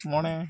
ᱢᱚᱬᱮ